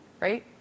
right